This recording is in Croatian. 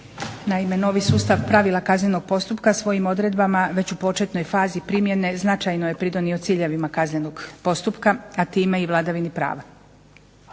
Naime, novi sustav pravila kaznenog postupka svojim odredbama već u početnoj fazi primjene značajno je pridonio ciljevima kaznenog postupka, a time i vladavini prava.